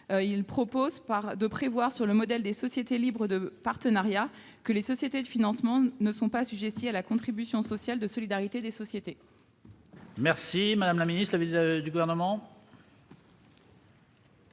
amendement prévoit, sur le modèle des sociétés de libre partenariat, que les sociétés de financement ne sont pas assujetties à la contribution sociale de solidarité des sociétés.